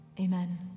Amen